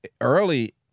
early